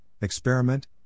experiment